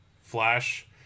Flash